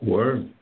Word